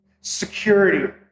security